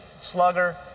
Slugger